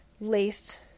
laced